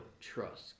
trust